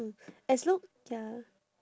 as long ya